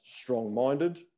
strong-minded